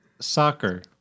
soccer